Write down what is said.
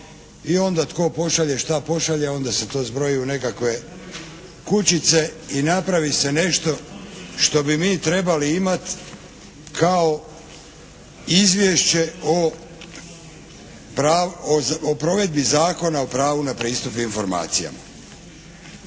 I onda tko pošalje šta pošalje i onda se to zbroji u nekakve kućice i napravi se nešto što bi mi trebali imat kao Izvješće o provedbi Zakona o pravu na pristup informacijama.